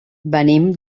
venim